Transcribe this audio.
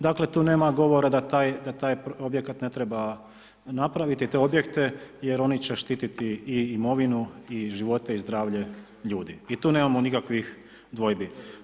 Dakle, tu nema govora da taj objekat ne treba napraviti, te objekte, jer oni će štititi i imovinu, i živote i zdravlje ljudi, i tu nemamo nikakvih dvojbi.